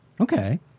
Okay